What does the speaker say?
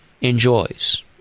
enjoys